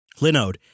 Linode